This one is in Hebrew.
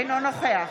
אינו נוכח